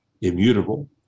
immutable